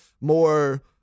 more